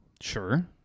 Sure